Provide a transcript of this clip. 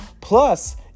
plus